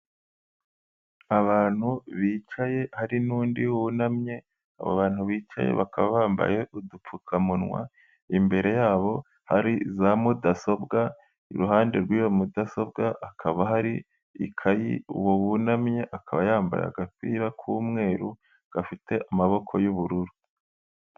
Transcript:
Abantu bicaye hari n'undi wunamye, abantu bicaye bakaba bambaye udupfukamunwa, imbere yabo hari za mudasobwa, iruhande rw'iyo mudasobwa hakaba hari ikayi, uwo wunamye akaba yambaye agapira k'umweru gafite amaboko y'ubururu.